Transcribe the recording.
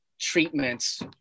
treatments